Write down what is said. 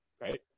Right